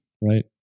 Right